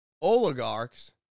oligarchs